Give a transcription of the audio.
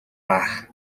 даа